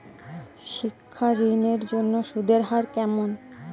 শিক্ষা ঋণ এর জন্য সুদের হার কেমন?